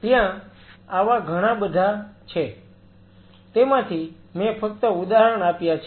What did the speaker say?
ત્યાં આવા ઘણા બધા છે તેમાંથી મેં ફક્ત ઉદાહરણ આપ્યા છે